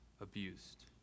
abused